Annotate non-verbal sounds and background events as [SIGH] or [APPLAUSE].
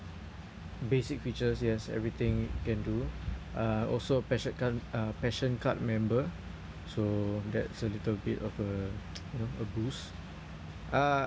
basic features yes everything can do uh also passio~ ca~ uh passion card member so that's a little bit of a [NOISE] you know a boost uh